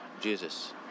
Jesus